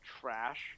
trash